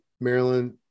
Maryland